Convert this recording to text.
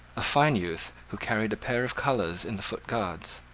a fine youth, who carried a pair of colours in the foot guards.